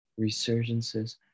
resurgences